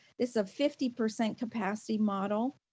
this a fifty percent capacity model.